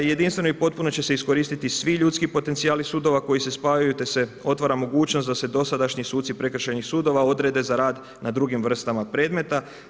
Jedinstveno i potpuno će se iskoristiti svi ljudski potencijali sudova koji se spajaju te se otvara mogućnost da se dosadašnji suci prekršajnih sudova odrede za rad na drugim vrstama predmeta.